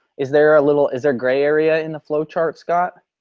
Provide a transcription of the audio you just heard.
is there a little, is there gray area in the flowchart, scott?